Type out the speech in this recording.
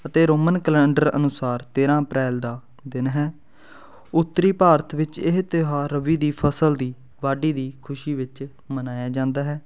ਅਤੇ Roman calendar ਅਨੁਸਾਰ ਤੇਰ੍ਹਾਂ ਅਪ੍ਰੈਲ ਦਾ ਦਿਨ ਹੈ ਉੱਤਰੀ ਭਾਰਤ ਵਿੱਚ ਇਹ ਤਿਉਹਾਰ ਰਬੀ ਦੀ ਫਸਲ ਦੀ ਵਾਢੀ ਦੀ ਖੁਸ਼ੀ ਵਿੱਚ ਮਨਾਇਆ ਜਾਂਦਾ ਹੈ